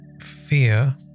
fear